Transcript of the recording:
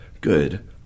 good